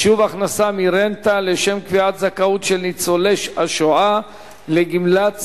(חישוב הכנסה מרנטה לשם קביעת זכאות של ניצולי השואה לגמלת סיעוד),